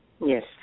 Yes